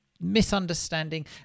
misunderstanding